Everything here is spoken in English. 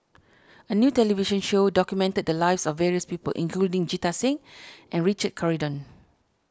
a new television show documented the lives of various people including Jita Singh and Richard Corridon